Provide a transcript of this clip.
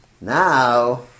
Now